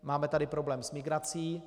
Máme tady problém s migrací.